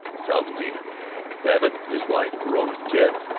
south zenith babbitt, his wife, verona, ted,